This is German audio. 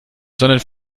sondern